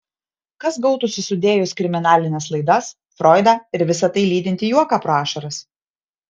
kas gautųsi sudėjus kriminalines laidas froidą ir visa tai lydintį juoką pro ašaras